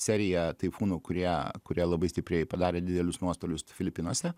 serija taifūnų kurie kurie labai stipriai padarė didelius nuostolius filipinuose